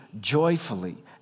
joyfully